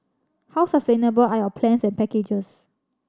how sustainable are your plans and packages